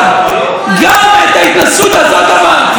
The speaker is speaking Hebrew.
גם את ההתנסות הזאת עברתי.